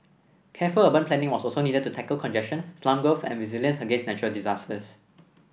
careful urban planning was also needed to tackle congestion slum growth and resilience against natural disasters